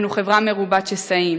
אנו חברה מרובת שסעים: